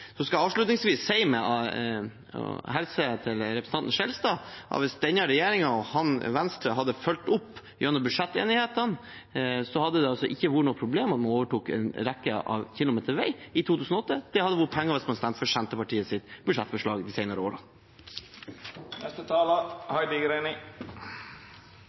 Så skal jeg avslutningsvis hilse til representanten Skjelstad, for hvis denne regjeringen og Venstre hadde fulgt opp gjennom budsjettenighetene, hadde det ikke vært noe problem at man overtok flere kilometer med vei i 2008. Det hadde vært penger til det hvis man hadde stemt for Senterpartiets budsjettforslag de senere årene.